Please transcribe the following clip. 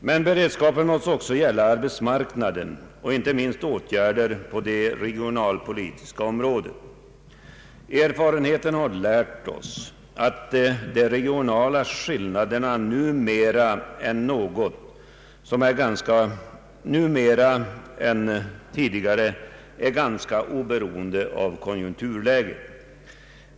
Men beredskapen måste också gälla arbetsmarknaden, och inte minst åtgärder på det regionalpolitiska området. Erfarenheterna har lärt oss att de regionala skillnaderna nu mer än tidigare är ganska oberoende av konjunkturläget.